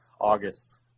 August